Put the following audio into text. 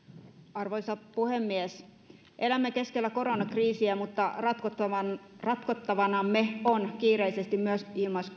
arvoisa puhemies elämme keskellä koronakriisiä mutta ratkottavanamme ratkottavanamme on kiireisesti myös